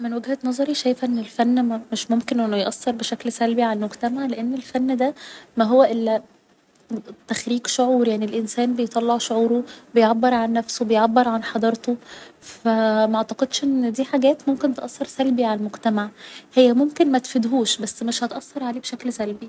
من وجهة نظري شايفة ان الفن مش ممكن انه يأثر بشكل سلبي على المجتمع لان الفن ده ما هو إلا تخريج شعور يعني الإنسان بيطلع شعوره بيعبر عن نفسه بيعبر عن حضارته فمعتقدش ان دي حاجات ممكن تأثر سلبي على المجتمع هي ممكن متفيدهوش بس مش هتأثر عليه بشكل سلبي